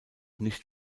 nicht